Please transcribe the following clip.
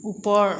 ওপৰ